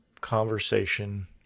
conversation